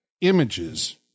images